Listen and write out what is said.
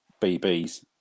bbs